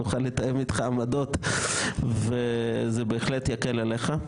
תוכל לתאם עם עצמך עמדות וזה בהחלט יקל עליך.